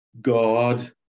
God